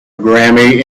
grammy